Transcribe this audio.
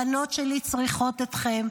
הבנות שלי צריכות אתכם,